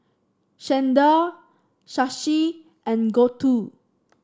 Chanda Shashi and Gouthu